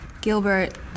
Gilbert